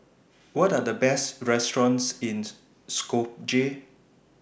What Are The Best restaurants in Skopje